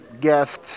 guests